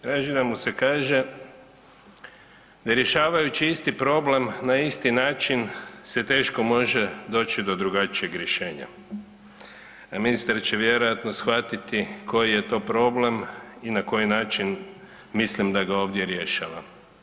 Traži da mu se kaže da rješavajući isti problem na isti način se teško može doći do drugačijeg rješenja, a ministar će vjerojatno shvatiti koji je to problem i na koji način mislim da ga ovdje rješavamo.